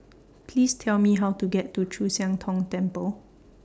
Please Tell Me How to get to Chu Siang Tong Temple